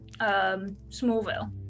Smallville